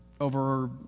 over